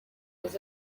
was